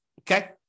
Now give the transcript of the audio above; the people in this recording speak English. Okay